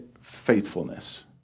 faithfulness